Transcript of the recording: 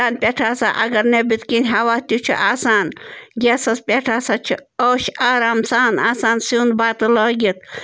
تَنہٕ پٮ۪ٹھ ہسا اَگر نیٚبٕرۍ کِنۍ ہوا تہِ چھِ آسان گیسَس پٮ۪ٹھ ہسا چھِ عٲش آرام سان آسان سیُن بَتہٕ لٲگِتھ